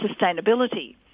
Sustainability